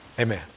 Amen